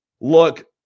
Look